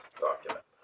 document